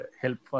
help